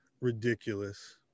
ridiculous